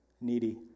needy